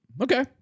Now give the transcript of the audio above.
Okay